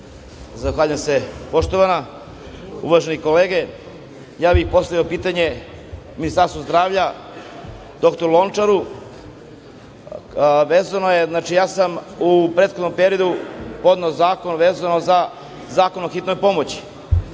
Zahvaljujem se poštovana, uvažene kolege. Postavio bih pitanje Ministarstvu zdravlja dr Lončaru. Ja sam u prethodnom periodu podneo zakon vezano za Zakon o Hitnoj pomoći,